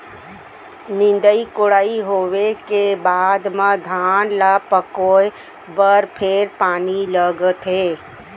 निंदई कोड़ई होवे के बाद म धान ल पकोए बर फेर पानी लगथे